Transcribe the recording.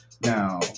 Now